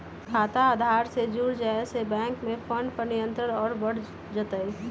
खाता आधार से जुड़ जाये से बैंक मे फ्रॉड पर नियंत्रण और बढ़ जय तय